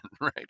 Right